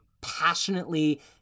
passionately